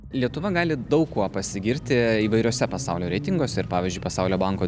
lietuva gali daug kuo pasigirti įvairiuose pasaulio reitinguose ir pavyzdžiui pasaulio banko